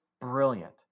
brilliant